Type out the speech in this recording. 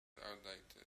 outdated